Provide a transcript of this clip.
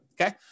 Okay